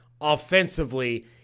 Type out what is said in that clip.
offensively